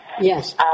Yes